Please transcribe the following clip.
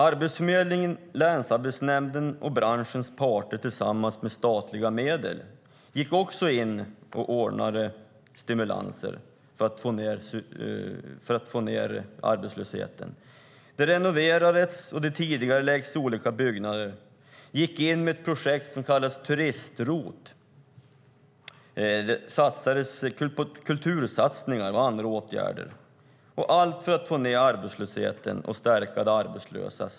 Arbetsförmedlingen, länsarbetsnämnden och branschens parter, tillsammans med statliga medel, gick också in och ordnade stimulanser för att få ned arbetslösheten. Det renoverades, och det tidigarelades olika byggnader. Man gick in med ett projekt som kallades turist-rot. Det gjordes kultursatsningar och andra åtgärder. Allt detta gjordes för att få ned arbetslösheten och stärka de arbetslösa.